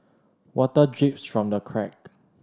water drips from the crack